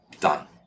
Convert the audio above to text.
Done